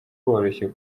woroshye